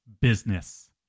business